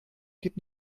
geht